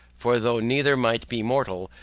for though neither might be mortal,